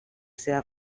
seva